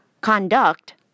Conduct